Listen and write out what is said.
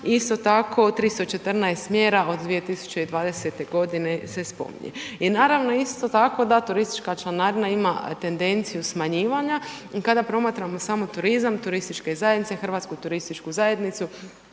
isto tako 314 mjera od 2020. godine se spominje. I naravno isto tako da turistička članarina ima tendenciju smanjivanja kada promatramo samo turizam, turističke zajednice, Hrvatsku turističku zajednicu